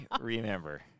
remember